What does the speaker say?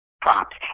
props